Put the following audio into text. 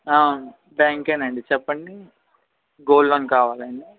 ఆ బ్యాంకేనా అండి చెప్పండి గోల్డ్ లోన్ కావాలి అండి